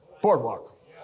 Boardwalk